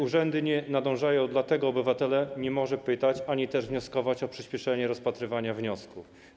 Urzędy nie nadążają, dlatego obywatele nie mogą pytać ani też wnioskować o przyspieszenie rozpatrywania wniosków.